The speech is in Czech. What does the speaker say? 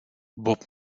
bob